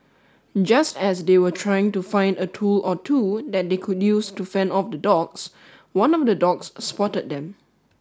just as they were trying to find a tool or two that they could use to fend off the dogs one of the dogs spotted them